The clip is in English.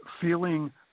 feeling